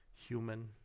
human